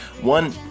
One